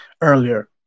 earlier